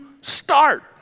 start